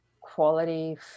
quality